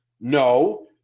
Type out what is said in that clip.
No